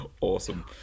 awesome